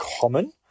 common